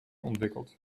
ontwikkeld